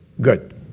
good